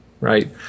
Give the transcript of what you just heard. right